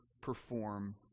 perform